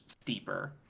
steeper